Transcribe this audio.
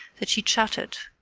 that she chattered.